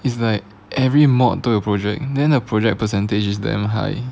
it's like every mod~ 都有 project then a project percentage is damn high